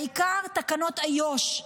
העיקר תקנות איו"ש,